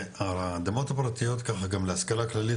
והאדמות הפרטיות ככה להשכלה כללית,